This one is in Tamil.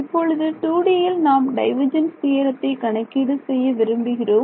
இப்பொழுது 2Dயில் நாம் டைவர்ஜென்ஸ் தியரத்தை கணக்கீடு செய்ய விரும்புகிறோம்